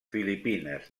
filipines